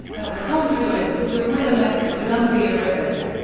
at the confluence of the willamette and columbia rivers.